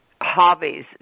hobbies